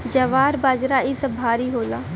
ज्वार बाजरा इ सब भारी होला